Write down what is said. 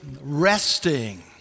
resting